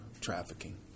trafficking